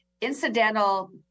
incidental